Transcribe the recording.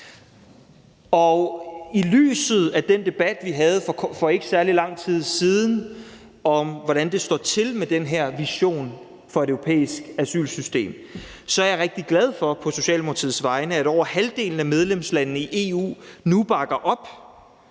I lyset af den debat, vi havde for ikke særlig lang tid siden, om, hvordan det står til med den her vision for et europæisk asylsystem, er jeg rigtig glad for på Socialdemokratiets vegne, at over halvdelen af medlemslandene i EU nu bakker op